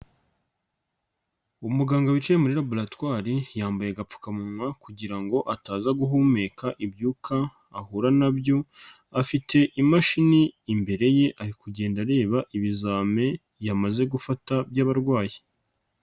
Umuganga wicaye muri laboratwari yambaye agapfukamunwa kugira ngo ataza guhumeka ibyuka ahura nabyo, afite imashini imbere ye ari kugenda areba ibizame yamaze gufata by'abarwayi.